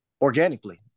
Organically